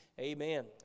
amen